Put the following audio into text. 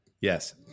Yes